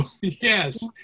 yes